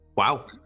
Wow